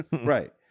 Right